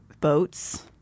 boats